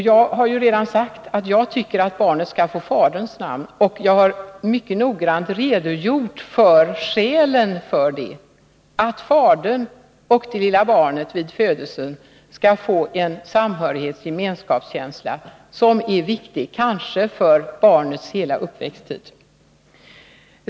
Jag har redan sagt att jag tycker att barnet skall få faderns namn. Jag har mycket noggrant redogjort för skälen till det. Att fadern och det lilla barnet vid födelsen får en samhörighetsoch gemenskapskänsla är viktigt kanske för barnets hela uppväxttid.